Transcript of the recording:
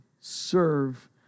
serve